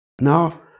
Now